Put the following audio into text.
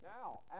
now